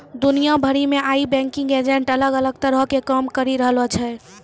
दुनिया भरि मे आइ बैंकिंग एजेंट अलग अलग तरहो के काम करि रहलो छै